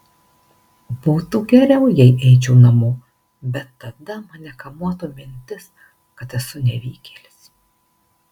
būtų geriau jei eičiau namo bet tada mane kamuotų mintis kad esu nevykėlis